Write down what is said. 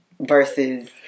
Versus